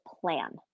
plan